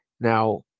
Now